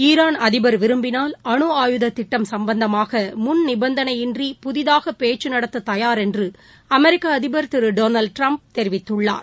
Iran அதிபர் விரும்பினால் அணு ஆயுதத் திட்டம் சும்பந்தமாகமுன் நிபந்தனையின்றி புதிதாகபேச்சுநடத்ததயார் என்றுஅமெரிக்கஅதிபர் திருடொனல்டுட்டிரம்ப் தெரிவித்துள்ளார்